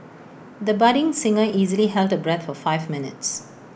the budding singer easily held her breath for five minutes